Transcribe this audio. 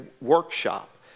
workshop